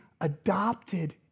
adopted